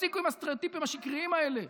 תפסיקו עם הסטריאוטיפים השקריים האלה.